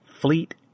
Fleet